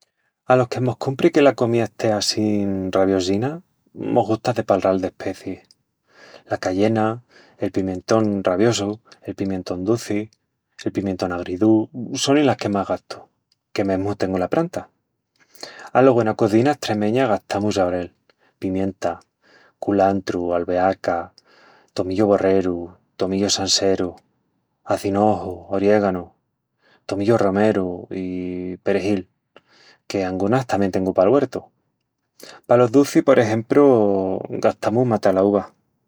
Alos que mos cumpri que la comía estea assín raviosina, mos gusta de palral d'especiis. La cayena, el pimientón raviosu, el pimientón duci, el pimientón agridú, sonin las que más gastu, que mesmu tengu la pranta. Alogu ena cozina estremeña gastamus aurel, pimienta, culantru, albeaca, tomillu borreru, tomillu sanseru, acinoju, oriéganu, tomillu romeru i perejil, que angunas tamién tengu pal güertu. Palos ducis por exempru gastamus matalaúva